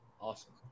Awesome